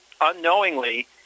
unknowingly